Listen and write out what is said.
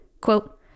Quote